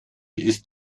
ist